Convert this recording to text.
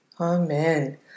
Amen